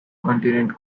continent